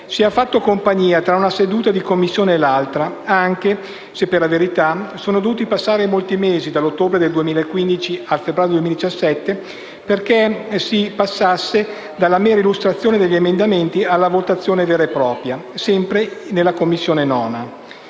ci ha fatto compagnia tra una seduta di Commissione e l'altra, anche se, per la verità, sono dovuti passare molti mesi (da ottobre del 2015 al febbraio del 2017) perché si passasse dalla mera illustrazione degli emendamenti alla votazione vera e propria, sempre in 9a Commissione.